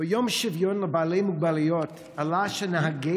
ביום השוויון לבעלי מוגבלויות עלה שנהגי